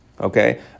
Okay